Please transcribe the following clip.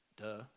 duh